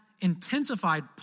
intensified